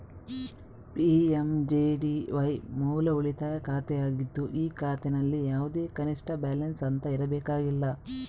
PMJDY ಮೂಲ ಉಳಿತಾಯ ಖಾತೆ ಆಗಿದ್ದು ಈ ಖಾತೆನಲ್ಲಿ ಯಾವುದೇ ಕನಿಷ್ಠ ಬ್ಯಾಲೆನ್ಸ್ ಅಂತ ಇರಬೇಕಾಗಿಲ್ಲ